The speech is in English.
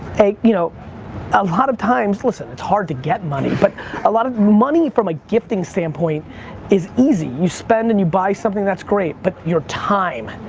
a you know a lot of times, listen, it's hard to get money, but a lot of money from a gifting standpoint is easy. you spend and you buy something, that's great. but your time,